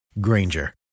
Granger